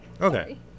Okay